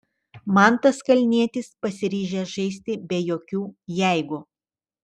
mantas kalnietis pasiryžęs žaisti be jokių jeigu